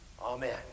Amen